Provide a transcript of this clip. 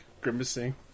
grimacing